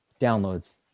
downloads